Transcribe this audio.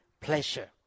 pleasure